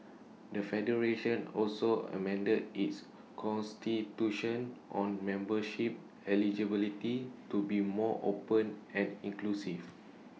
the federation also amended its Constitution on membership eligibility to be more open and inclusive